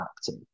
active